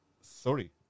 sorry